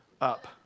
up